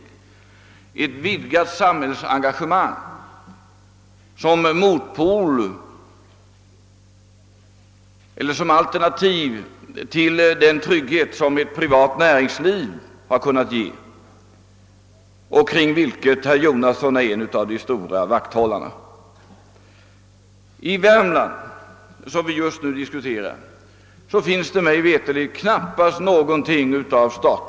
Vi har talat om ett vidgat samhällsengagemang som ett alternativ till den trygghet som ett privat näringsliv — kring vilket herr Jonasson är en av vakthållarna — kunnat ge. I Värmland, som vi just nu diskuterar, förekommer det mig veterligt knappast någon statlig företagsverksamhet.